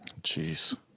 Jeez